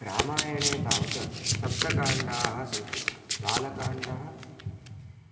रामायणे तावत् सप्तकाण्डानि सन्ति बालकाण्डं